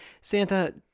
Santa